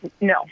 No